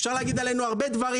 אפשר להגיד עלינו הרבה דברים.